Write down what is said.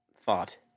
thought